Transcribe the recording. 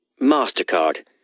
Mastercard